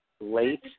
late